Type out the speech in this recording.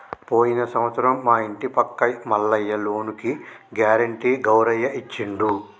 పోయిన సంవత్సరం మా ఇంటి పక్క మల్లయ్య లోనుకి గ్యారెంటీ గౌరయ్య ఇచ్చిండు